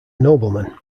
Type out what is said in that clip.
nobleman